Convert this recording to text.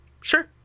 Sure